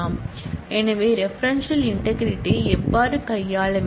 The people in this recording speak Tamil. எனவே ரெபரென்ஷியல் இன்டெக்ரிடி ஐ இவ்வாறு கையாள வேண்டும்